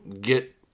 get